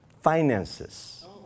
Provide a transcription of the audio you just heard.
finances